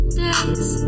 days